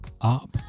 up